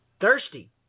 Thirsty